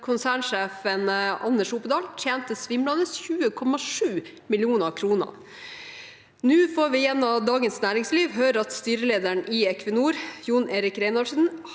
konsernsjefen, Anders Opedal, tjente svimlende 20,7 mill. kr. Nå får vi gjennom Dagens Næringsliv høre at styrelederen i Equinor, Jon Erik Reinhardsen,